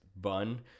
bun